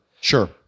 sure